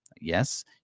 Yes